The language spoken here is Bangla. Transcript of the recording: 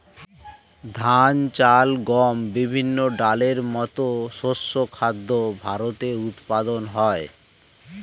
ধান, চাল, গম, বিভিন্ন ডালের মতো শস্য খাদ্য ভারতে উৎপাদন হয়